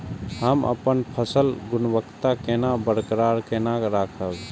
हम अपन फसल गुणवत्ता केना बरकरार केना राखब?